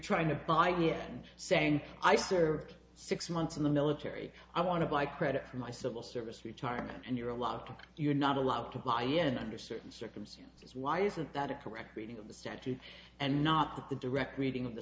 trying to buy yen saying i served six months in the military i want to buy credit for my civil service retirement and you're a lot you're not allowed to buy again under certain circumstances why isn't that a correct reading of the statute and not the direct reading of the